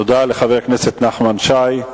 תודה לחבר הכנסת נחמן שי.